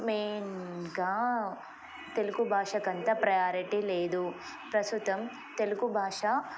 మెయిన్గా తెలుగు భాషకంత ప్రయారిటీ లేదు ప్రస్తుతం తెలుగు భాష